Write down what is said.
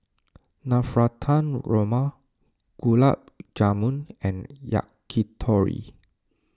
Navratan Korma Gulab Jamun and Yakitori